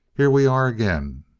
here we are again!